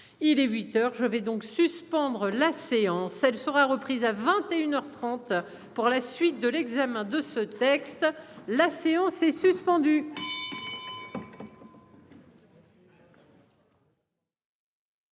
Il est 8h, je vais donc suspendre l'ASEAN celle sera reprise à 21h 30 pour la suite de l'examen de ce texte. La séance est suspendue.